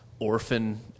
orphan